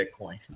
Bitcoin